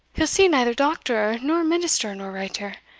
he'll see neither doctor, nor minister, nor writer!